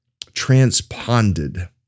transponded